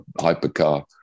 hypercar